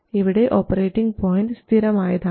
ഇവിടെ operating point സ്ഥിരം ആയതാണ്